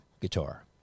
guitar